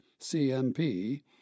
CMP